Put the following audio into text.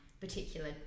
particular